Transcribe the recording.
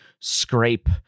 scrape